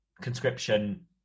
conscription